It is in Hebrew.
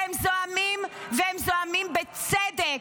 והם זועמים, והם זועמים בצדק.